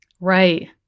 Right